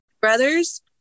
brothers